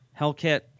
Hellcat